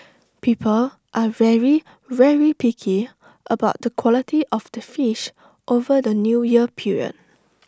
people are very very picky about the quality of the fish over the New Year period